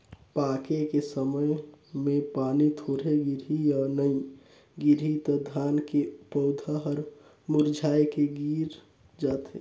पाके के समय मे पानी थोरहे गिरही य नइ गिरही त धान के पउधा हर मुरझाए के गिर जाथे